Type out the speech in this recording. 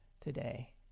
today